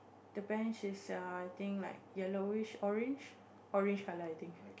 the bench is err I think like yellowish orange orange color I think